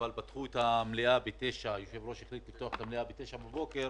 אבל היושב-ראש החליט לפתוח את המליאה בשעה 9 בבוקר